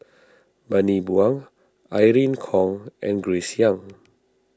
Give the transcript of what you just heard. Bani Buang Irene Khong and Grace Young